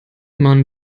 man